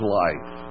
life